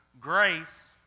Grace